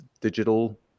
digital